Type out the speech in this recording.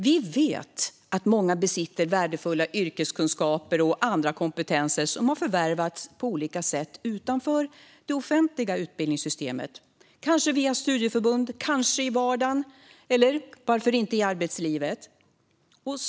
Vi vet att många besitter värdefulla yrkeskunskaper och andra kompetenser som har förvärvats på olika sätt utanför det offentliga utbildningssystemet, kanske via studieförbund, i vardagen eller varför inte i arbetslivet.